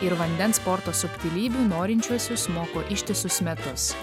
ir vandens sporto subtilybių norinčiuosius moko ištisus metus